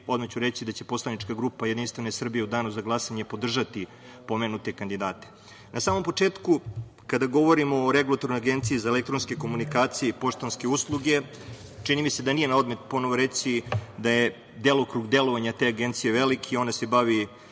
Odmah ću reći da će poslanička grupa JS u danu za glasanje podržati pomenute kandidate. Na samom početku kada govorimo o Regulatornoj agenciji za elektronske komunikacije i poštanske usluge, čini mi se da nije na odmet ponovo reći da je delokrug delovanja te Agencije veliki, ona se bavi